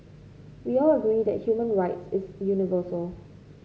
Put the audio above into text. we all agree that human rights is universal